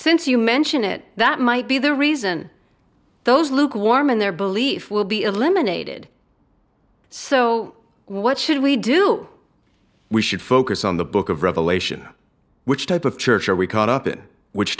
since you mention it that might be the reason those lukewarm in their belief will be eliminated so what should we do we should focus on the book of revelation which type of church are we caught up in which